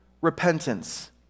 repentance